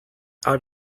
out